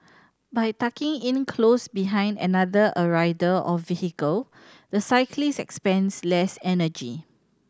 by tucking in close behind another a rider or vehicle the cyclist expends less energy